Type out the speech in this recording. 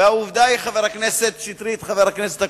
חבר הכנסת שטרית, חבר הכנסת אקוניס,